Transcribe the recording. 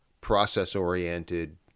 process-oriented